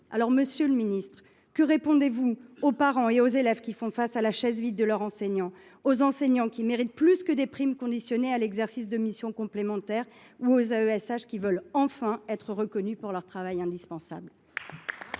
Monsieur le ministre, que répondez-vous aux parents et aux élèves qui sont face à la chaise vide de leur enseignant ? Que dites-vous aux enseignants qui méritent plus que des primes conditionnées à l’exercice de missions supplémentaires ? Que déclarez-vous aux AESH, qui veulent, enfin, être reconnus pour leur travail indispensable ?